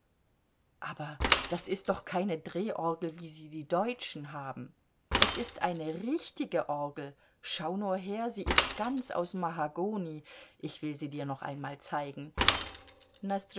aber das ist doch keine drehorgel wie sie die deutschen haben es ist eine richtige orgel schau nur her sie ist ganz aus mahagoni ich will sie dir noch einmal zeigen